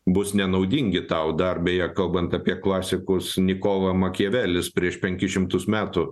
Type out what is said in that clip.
bus nenaudingi tau dar beje kalbant apie klasikus nikolo makiavelis prieš penkis šimtus metų